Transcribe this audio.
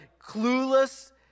clueless